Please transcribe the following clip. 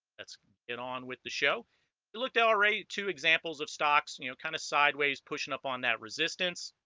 let's get on with the show you looked out already two examples of stocks you know kind of sideways pushing up on that resistance